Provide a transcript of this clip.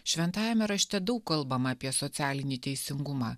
šventajame rašte daug kalbama apie socialinį teisingumą